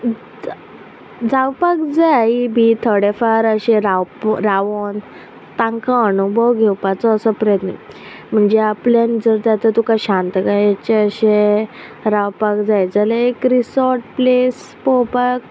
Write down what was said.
जा जावपाक जाय बी थोडें फार अशें राव रावोन तांकां अनुभव घेवपाचो असो प्रयत्न म्हणजे आपल्यान जर आतां तुका शांतकायेचे अशें रावपाक जाय जाल्यार एक रिसॉर्ट प्लेस पोवपाक